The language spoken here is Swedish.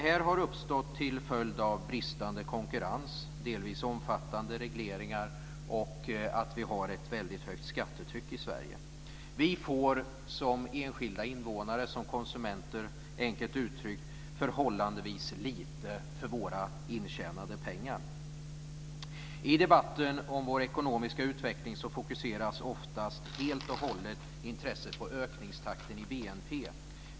Det har uppstått till följd av bristande konkurrens, delvis omfattande regleringar och att vi har ett väldigt högt skattetryck i Sverige. Vi får som enskilda invånare och konsumenter, enkelt uttryckt, förhållandevis lite för våra intjänade pengar. I debatten om vår ekonomiska utveckling fokuseras oftast helt och hållet intresset på ökningstakten i BNP.